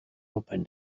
open